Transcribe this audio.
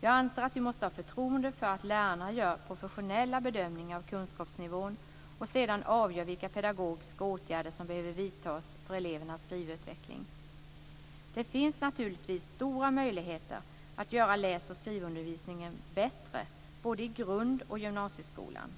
Jag anser att vi måste ha förtroende för att lärarna gör professionella bedömningar av kunskapsnivån och sedan avgör vilka pedagogiska åtgärder som behöver vidtas för elevernas skrivutveckling. Det finns naturligtvis stora möjligheter att göra läs och skrivundervisningen bättre både i grund och gymnasieskolan.